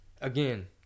Again